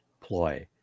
ploy